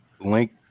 link